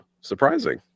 surprising